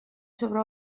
sobre